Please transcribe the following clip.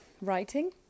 writing